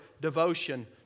devotion